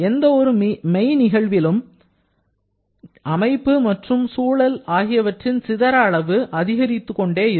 எந்த ஒரு மெய் நிகழ்விலும் அமைப்பு மற்றும் சூழல் ஆகியவற்றின் சிதற அளவு அதிகரித்துக் கொண்டே இருக்கும்